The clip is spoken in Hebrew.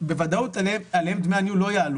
בוודאות להם דמי הניהול לא יעלו,